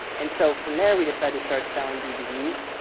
and so from there we decided to start selling dvds.